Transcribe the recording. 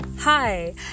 Hi